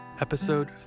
episode